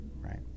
right